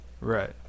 Right